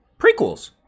prequels